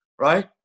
right